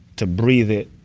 to breathe it.